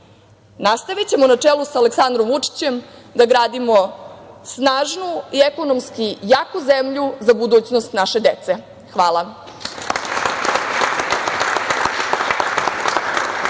ulagače. Nastavićemo na čelu sa Aleksandrom Vučićem da gradimo snažnu i ekonomski jaku zemlju za budućnost naše dece. Hvala.